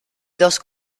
dos